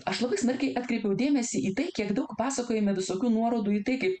aš labai smarkiai atkreipiau dėmesį į tai kiek daug pasakojime visokių nuorodų į tai kaip